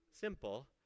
simple